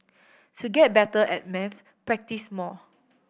to get better at maths practise more